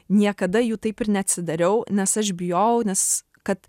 niekada jų taip ir neatsidariau nes aš bijojau nes kad